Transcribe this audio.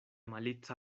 malica